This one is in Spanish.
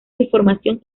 información